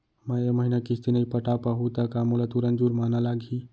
मैं ए महीना किस्ती नई पटा पाहू त का मोला तुरंत जुर्माना लागही?